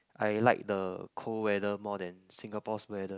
I like the cold weather more than Singapore's weather